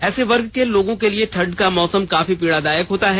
ऐसे वर्ग के लोगों के लिए ठंड का मौसम काफी पीड़ादायक होता है